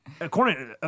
according